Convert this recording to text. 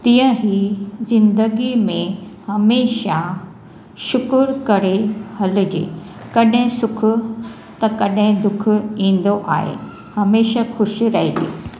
तीअं ई जिंदगी में हमेशह शुखुर करे हलिजे कॾहिं सुखु त कॾहिं दुखु ईंदो आहे हमेशह खुशु रहिजे